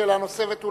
שאלה נוספת,